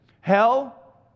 Hell